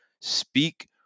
speak